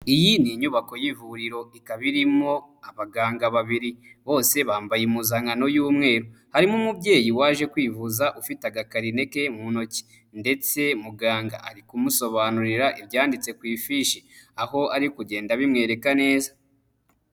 Iyi ni inyubako y'ivuriro, ikaba irimo abaganga babiri. Bose bambaye impuzankano y'umweru, harimo umubyeyi waje kwivuza ufite agakarine ke mu ntoki. Ndetse muganga ari kumusobanurira ibyanditse ku ifishi, aho ari kugenda abimwereka neza.